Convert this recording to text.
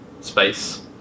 space